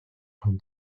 хүн